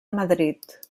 madrid